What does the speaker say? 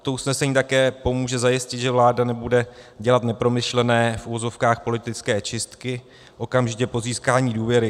Toto usnesení také pomůže zajistit, že vláda nebude dělat nepromyšlené, v uvozovkách, politické čistky okamžitě po získání důvěry.